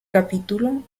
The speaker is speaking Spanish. capítulo